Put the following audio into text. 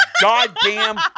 goddamn